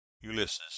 ulysses